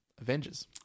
Avengers